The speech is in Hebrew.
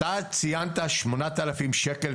אתה ציינת שמונת אלפים שקל,